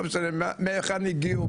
לא משנה מהיכן הגיעו,